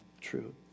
true